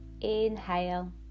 inhale